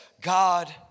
God